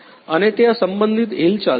અને ત્યાં સંબંધિત હિલચાલ છે